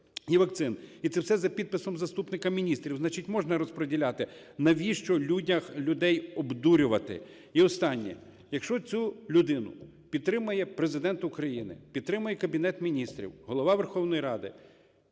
і це все за підписом заступника міністра. Значить можна розприділяти. Навіщо людей обдурювати? І останнє. Якщо цю людину підтримає Президент України, підтримає Кабінет Міністрів, Голова Верховної Ради,